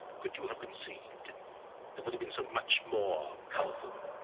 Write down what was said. could you have conceived that would have been so much more colorful?